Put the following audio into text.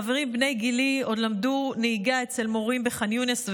חברים בני גילי עוד למדו נהיגה אצל מורים בחאן יונס,